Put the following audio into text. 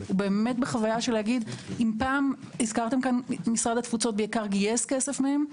הוא באמת בחוויה - אם פעם הזכרת כאן משרד התפוצות בעיקר גייס כסף מהם,